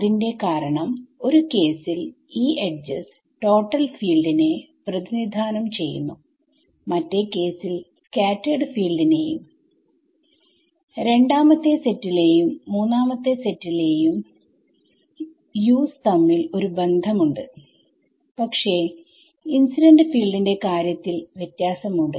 അതിന്റെ കാരണം ഒരു കേസിൽ ഈ എഡ്ജസ് ടോട്ടൽ ഫീൽഡിനെ പ്രതിനിധാനം ചെയ്യുന്നു മറ്റേ കേസിൽ സ്കാറ്റെർഡ് ഫീൽഡിനെയും രണ്ടാമത്തെ സെറ്റിലെയും മൂന്നാമത്തെ സെറ്റിലെയും Us തമ്മിൽ ഒരു ബന്ധമുണ്ട് പക്ഷേ ഇൻസിഡന്റ് ഫീൽഡിന്റെ കാര്യത്തിൽ വ്യത്യാസമുണ്ട്